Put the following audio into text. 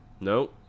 No